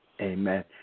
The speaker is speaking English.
Amen